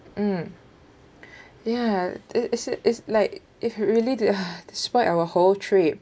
mm ya it is it is like it really it spoilt our whole trip